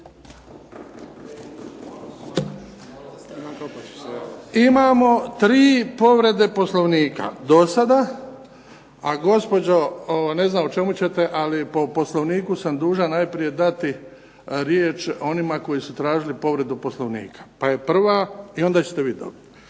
Imamo tri povrede Poslovnika do sada, a gospođo, ne znam o čemu ćete ali po Poslovniku sam dužan najprije dati riječ onima koji su tražili povredu Poslovnika, pa je prva, i onda ćete vi dobiti.